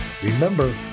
Remember